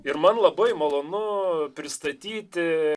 ir man labai malonu pristatyti